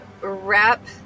wrap